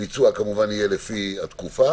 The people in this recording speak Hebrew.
הביצוע יהיה, כמובן, לפי התקופה.